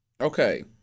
Okay